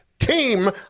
team